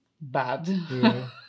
bad